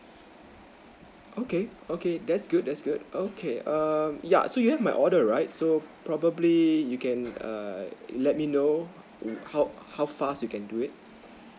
okay okay that's good that's good okay um yeah so you have my order right so probably you can err let me know how how fast you can do it